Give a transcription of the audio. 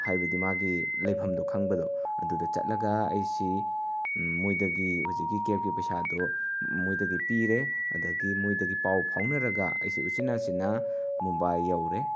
ꯍꯥꯏꯕꯗꯤ ꯃꯥꯒꯤ ꯂꯩꯐꯝꯗꯣ ꯈꯪꯕꯗꯣ ꯑꯗꯨꯗ ꯆꯠꯂꯒ ꯑꯩꯁꯤ ꯃꯣꯏꯗꯒꯤ ꯍꯧꯖꯤꯛꯀꯤ ꯀꯦꯞꯀꯤ ꯄꯩꯁꯥꯗꯣ ꯃꯣꯏꯗꯒꯤ ꯄꯤꯔꯦ ꯑꯗꯒꯤ ꯃꯣꯏꯗꯒꯤ ꯄꯥꯎ ꯐꯥꯎꯅꯔꯒ ꯑꯩꯁꯤ ꯎꯆꯤꯟ ꯅꯥꯆꯤꯟꯅ ꯃꯨꯝꯕꯥꯏ ꯌꯧꯔꯦ